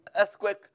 earthquake